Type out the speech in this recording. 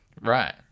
Right